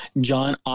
John